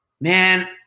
man